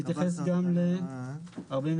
סעיף